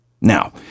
Now